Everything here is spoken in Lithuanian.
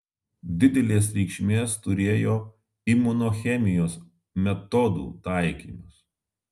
didelės reikšmės turėjo imunochemijos metodų taikymas